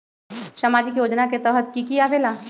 समाजिक योजना के तहद कि की आवे ला?